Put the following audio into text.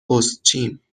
پستچیم